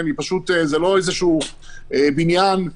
זה לא איזשהו בניין,